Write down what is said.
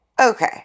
Okay